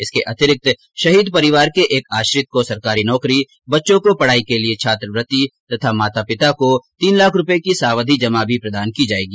इसके अतिरिक्त शहीद परिवार के एक आश्रित को सरकारी नौकरी बच्चों को पढ़ाई के लिये छात्रवृत्ति तथा माता पिता को तीन लाख रूपये की सावधी जमा भी प्रदान की जायेगी